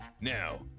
Now